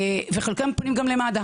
וחלקם גם פונים למד"א.